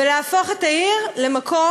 ולהפוך את העיר למקום